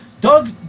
Doug